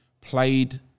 played